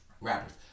Rappers